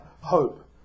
hope